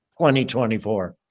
2024